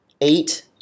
eight